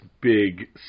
big